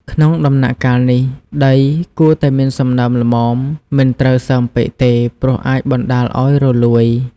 ក្នុងដំណាក់កាលនេះ ដីគួរតែមានសំណើមល្មម មិនត្រូវសើមពេកទេ ព្រោះអាចបណ្តាលឱ្យរលួយ។